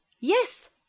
yes